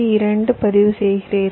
2 பதிவு செய்கிறீர்கள்